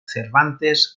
cervantes